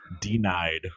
denied